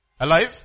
Alive